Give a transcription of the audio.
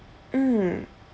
mm